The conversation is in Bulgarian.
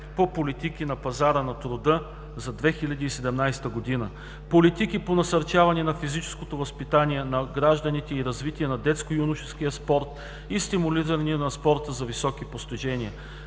по политики на пазара на труда за 2017 година; - политики по насърчаване на физическото възпитание на гражданите и развитие на детско-юношеския спорт и стимулиране на спорта за високи постижения.